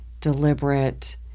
deliberate